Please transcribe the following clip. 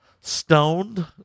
stoned